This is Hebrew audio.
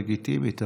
לגיטימית,